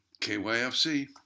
KYFC